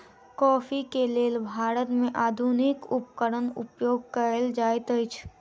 coffee के लेल भारत में आधुनिक उपकरण उपयोग कएल जाइत अछि